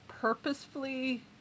purposefully